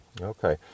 Okay